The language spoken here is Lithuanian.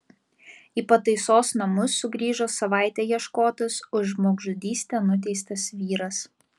į pataisos namus sugrįžo savaitę ieškotas už žmogžudystę nuteistas vyras